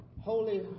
Holy